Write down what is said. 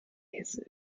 heise